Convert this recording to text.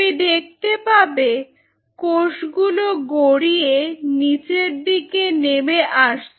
তুমি দেখতে পাবে কোষগুলো গড়িয়ে নিচের দিকে নেমে আসছে